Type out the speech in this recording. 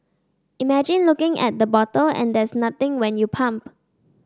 imagine looking at the bottle and there's nothing when you pump